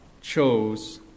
chose